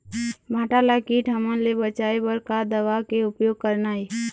भांटा ला कीट हमन ले बचाए बर का दवा के उपयोग करना ये?